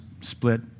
split